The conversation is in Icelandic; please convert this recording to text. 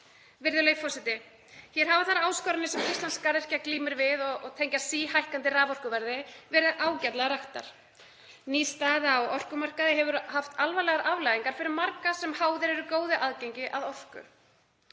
Virðulegi forseti. Hér hafa þær áskoranir sem íslensk garðyrkja glímir við og tengjast síhækkandi raforkuverði verið ágætlega raktar. Ný staða á orkumarkaði hefur haft alvarlegar afleiðingar fyrir marga sem háðir eru góðu aðgengi að orku.